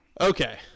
Okay